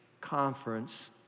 conference